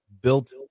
built